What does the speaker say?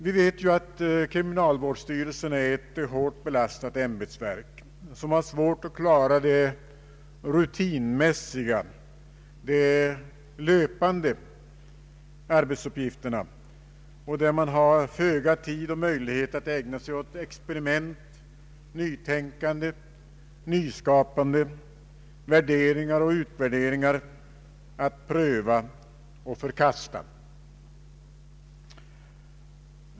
Vi vet att kriminalvårdsstyrelsen är ett hårt belastat ämbetsverk, som har svårt att klara de rutinmässiga och löpande arbetsuppgifterna och där man har föga tid och möjlighet att ägna sig åt experiment, nytänkande, nyskapande, värderingar och utvärderingar — att pröva och förkasta.